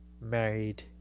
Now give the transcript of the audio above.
married